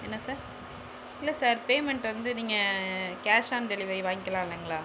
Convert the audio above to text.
என்ன சார் இல்லை sir payment வந்து நீங்கள் கேஷ் ஆன் டெலிவெரி வாய்ங்கலாம் இல்லைங்களா